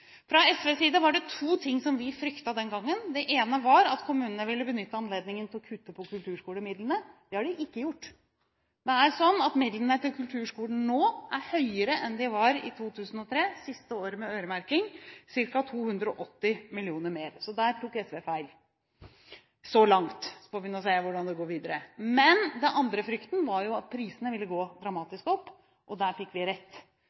Fra SVs side var det to ting vi fryktet den gangen. Den ene var at kommunene ville benytte anledningen til å kutte i kulturskolemidlene. Det har de ikke gjort. Det er slik at midlene til kulturskolen nå er høyere enn de var i 2003 – siste året med øremerking – ca. 280 mill. kr mer. Der tok SV feil – så langt, og så får vi se hvordan det går videre. Den andre frykten var at prisene ville gå dramatisk opp, og der fikk vi rett.